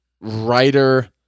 writer